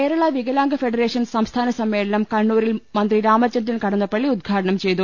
കേരള വികലാംഗ ഫെഡറേഷൻ സംസ്ഥാന സ്യമ്മേളനം കണ്ണൂ രിൽ മന്ത്രി രാമചന്ദ്രൻ കടന്നപ്പള്ളി ഉദ്ഘാടനം ചെയ്തു